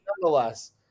nonetheless